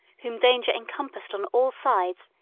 whom danger encompassed on all sides,